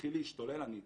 ואתחיל להשתולל אני אטבע,